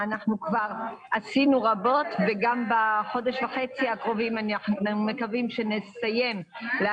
עשינו רבות ובחודש וחצי הקרובים אנחנו מקווים שנסיים את